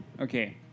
okay